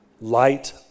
Light